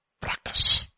practice